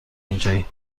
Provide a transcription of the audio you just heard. اینجایی